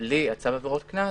הפלילי על צו עבירות קנס